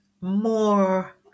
more